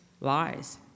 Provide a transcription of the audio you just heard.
lies